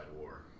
war